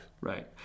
Right